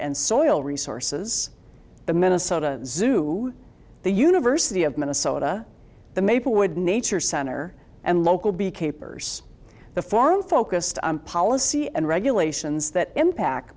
and soil resources the minnesota zoo the university of minnesota the maplewood nature center and local b capers the form focused on policy and regulations that impact